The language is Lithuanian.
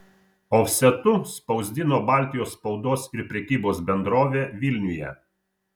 ofsetu spausdino baltijos spaudos ir prekybos bendrovė vilniuje